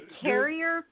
carrier